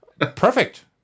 perfect